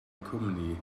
cwmni